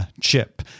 chip